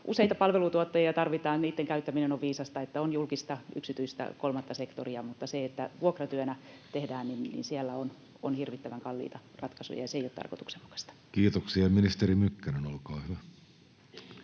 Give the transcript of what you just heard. Useita palveluntuottajia tarvitaan, ja niitten käyttäminen — se, että on julkista, yksityistä, kolmatta sektoria — on viisasta, mutta siinä, että vuokratyönä tehdään, on hirvittävän kalliita ratkaisuja. Se ei ole tarkoituksenmukaista. Kiitoksia. — Ministeri Mykkänen, olkaa hyvä.